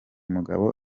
mugabo